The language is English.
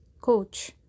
coach